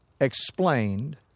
explained